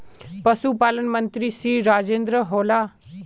पशुपालन मंत्री श्री राजेन्द्र होला?